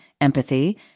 empathy